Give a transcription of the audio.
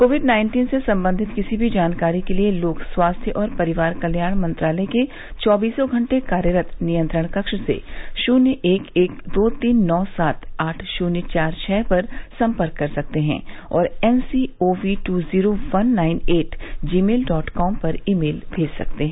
Covid nineteen से संबंधित किसी भी जानकारी के लिए लोग स्वास्थ्य और परिवार कल्याण मंत्रालय के चौबीसों घंटे कार्यरत नियंत्रण कक्ष से शून्य एक एक दो तीन नौ सात आठ शून्य चार छः पर संपर्क कर सकते हैं और N C O V two zero one nine at Gmail dot com पर ईमेल भेज सकते हैं